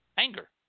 Anger